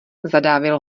zadávil